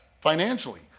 financially